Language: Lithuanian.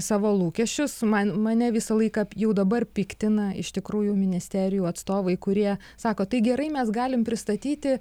savo lūkesčius man mane visą laiką jau dabar piktina iš tikrųjų ministerijų atstovai kurie sako tai gerai mes galim pristatyti